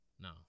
No